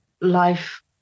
life